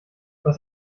was